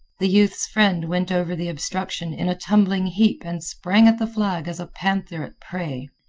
the youth's friend went over the obstruction in a tumbling heap and sprang at the flag as a panther at prey.